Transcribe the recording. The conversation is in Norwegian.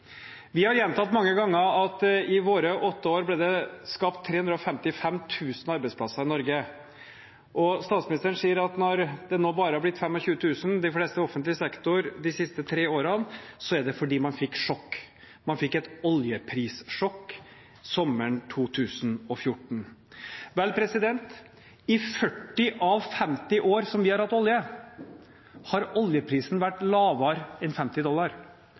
Vi har mange ganger gjentatt at i våre åtte år ble det skapt 355 000 arbeidsplasser i Norge. Statsministeren sier at når det nå bare har blitt 25 000 – de fleste i offentlig sektor – de siste tre årene, er det fordi man fikk sjokk, man fikk et oljeprissjokk sommeren 2014. I 40 av de 50 årene vi har hatt olje, har oljeprisen vært lavere enn 50 dollar,